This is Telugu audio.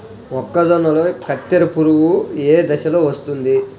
మొక్కజొన్నలో కత్తెర పురుగు ఏ దశలో వస్తుంది?